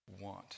want